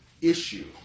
issue